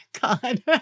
God